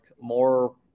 more